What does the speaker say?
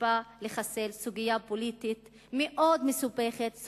שבא לחסל סוגיה פוליטית מאוד מסובכת,